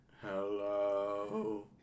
hello